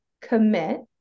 commit